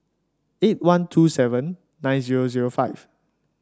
eight one two seven nine zero zero five